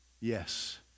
Yes